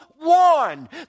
One